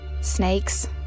Snakes